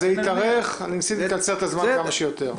זה התארך, אני ניסיתי לקצר את הזמן כמה שיותר.